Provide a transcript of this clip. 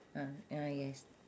ah ya yes